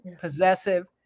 possessive